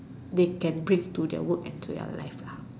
they can bring to their work and their life ah